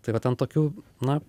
tai va ten tokių na